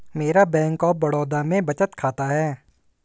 मेरा Bank of Baroda में बचत खाता है